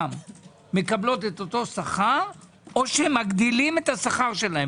מקבלות אותו שכר או מגדילים את שכרן?